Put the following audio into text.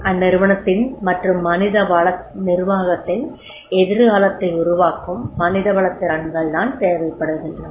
அந்நிறுவனத்தின் மற்றும் மனிதவள நிர்வாகத்தின் எதிர்காலத்தை உருவாக்கும் மனிதவளத் திறன்கள் தான் தேவைப்படுகின்றன